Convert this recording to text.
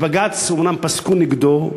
בבג"ץ אומנם פסקו נגדו,